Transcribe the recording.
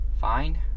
fine